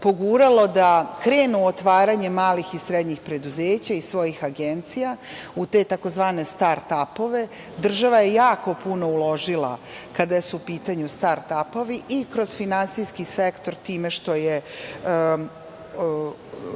poguralo da krenu u otvaranje malih i srednjih preduzeća i svojih agencija, u tzv. start apove. Država je puno uložila kada su u pitanju start apovi i kroz finansijski sektor, time što je